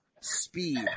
speed